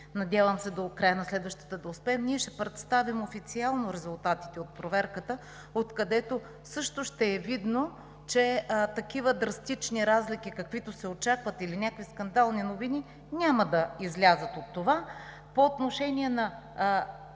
надявам се до края на следващата да успеем, ние ще представим официално резултатите от проверката, откъдето също ще е видно, че такива драстични разлики, каквито се очакват, или някакви скандални новини няма да излязат от това. По отношение на